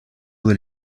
due